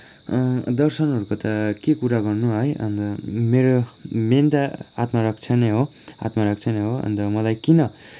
दर्शनहरूको त के कुरा गर्नु है अन्त मेरो मेन त आत्मरक्षा नै हो आत्मारक्षा नै हो अन्त मलाई किन